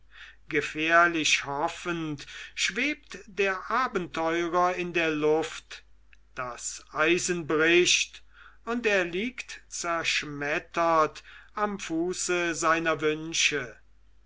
gefährlich hoffend schwebt der abenteurer in der luft das eisen bricht und er liegt zerschmettert am fuße seiner wünsche